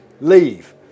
Leave